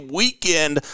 weekend